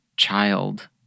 child